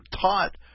taught